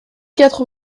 quatre